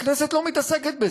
הכנסת לא מתעסקת בזה.